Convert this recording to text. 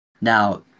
Now